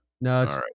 No